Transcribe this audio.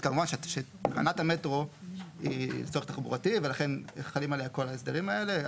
כמובן שתחנת המטרו היא צורך תחבורתי ולכן חלים עליה כל ההסדרים האלה,